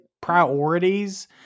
priorities